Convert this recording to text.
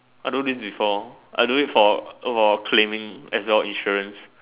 I do this before I do this for for claiming as well insurance